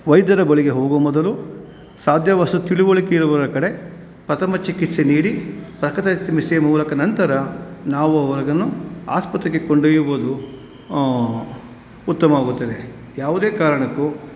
ವೈದ್ಯರ ಬಳಿಗೆ ಹೋಗುವ ಮೊದಲು ಸಾದ್ಯವಸು ತಿಳಿವಳಿಕೆ ಇರುವ ಕಡೆ ಪ್ರಥಮ ಚಿಕಿತ್ಸೆ ನೀಡಿ ಮೂಲಕ ನಂತರ ನಾವು ಅವರನ್ನು ಆಸ್ಪತ್ರೆಗೆ ಕೊಂಡೊಯ್ಯುವುದು ಉತ್ತಮವಾಗುತ್ತದೆ ಯಾವುದೇ ಕಾರಣಕ್ಕೂ